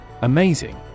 Amazing